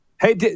Hey